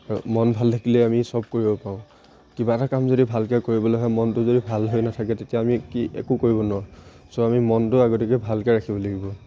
আৰু মন ভাল থাকিলে আমি চব কৰিব পাৰোঁ কিবা এটা কাম যদি ভালকৈ কৰিবলৈ হয় মনটো যদি ভাল হৈ নাথাকে তেতিয়া আমি কি একো কৰিব নোৱাৰোঁ চ' আমি মনটো আগতিয়াকৈ ভালকৈ ৰাখিব লাগিব